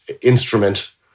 instrument